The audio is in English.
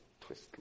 twist